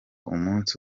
umunsi